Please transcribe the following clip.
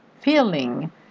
feeling